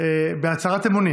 בהצהרת אמונים